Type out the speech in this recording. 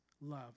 love